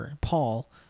Paul